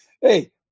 Hey